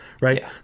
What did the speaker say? right